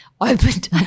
opened